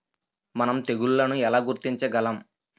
మనం తెగుళ్లను ఎలా గుర్తించగలం?